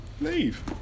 leave